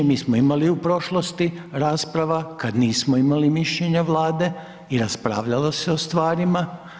Mi smo imali u prošlosti rasprava kad nismo imali mišljenja Vlade i raspravljalo se o stvarima.